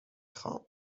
خوام